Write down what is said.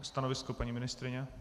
Stanovisko paní ministryně?